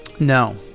No